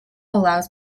allows